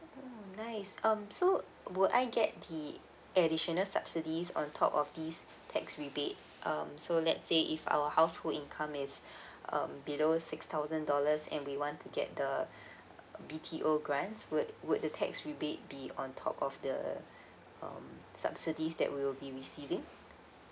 mm nice um so would I get the additional subsidies on top of this tax rebate um so let say if our household income is um below six thousand dollars and we want to get the a B_T_O grants would the tax rebate be on top of the um subsidies that we'll be receiving